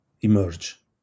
emerge